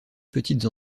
petites